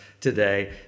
today